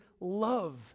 love